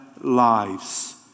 lives